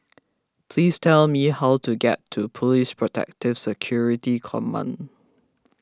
please tell me how to get to Police Protective Security Command